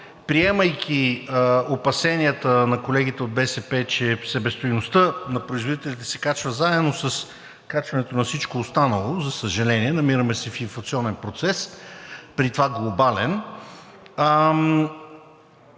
приемайки опасенията на колегите от БСП, че себестойността на производителите се качва заедно с качването на всичко останало. За съжаление, се намираме в инфлационен процес, при това глобален,